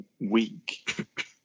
week